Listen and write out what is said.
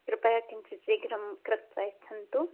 कृपया किञ्चित् शीघ्रं कृत्वा यच्छन्तु